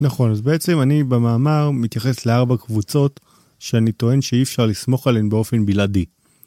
נכון אז בעצם אני במאמר מתייחס לארבע קבוצות שאני טוען שאי אפשר לסמוך עליהן באופן בלעדי.